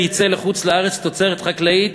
גוש-קטיף ייצר וייצא לחוץ-לארץ תוצרת חקלאית